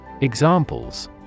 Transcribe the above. Examples